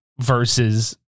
versus